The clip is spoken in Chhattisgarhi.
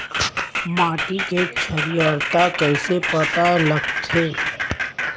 माटी के क्षारीयता कइसे पता लगथे?